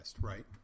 right